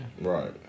Right